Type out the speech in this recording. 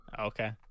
Okay